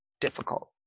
difficult